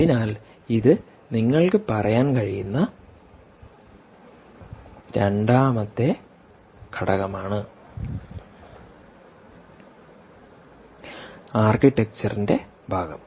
അതിനാൽ ഇത് നിങ്ങൾക്ക് പറയാൻ കഴിയുന്ന രണ്ടാമത്തെ ഘടകമാണ്ആർക്കിടെക്ചറിൻറെ ഭാഗം